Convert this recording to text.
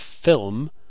film